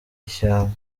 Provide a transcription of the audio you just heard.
ishyamba